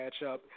matchup